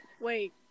Wait